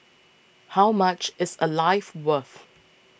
how much is a life worth